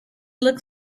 look